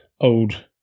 old